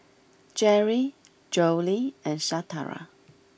Jerri Jolie and Shatara